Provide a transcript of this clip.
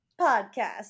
podcast